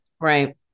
Right